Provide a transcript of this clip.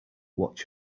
what